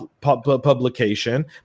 publication